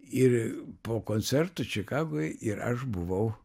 ir po koncerto čikagoj ir aš buvau